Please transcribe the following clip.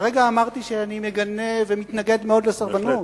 הרגע אמרתי שאני מגנה סרבנות ומתנגד מאוד לסרבנות.